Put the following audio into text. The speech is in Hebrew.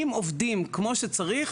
אם עובדים כמו שצריך,